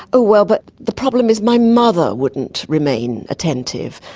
oh well, but the problem is my mother wouldn't remain attentive.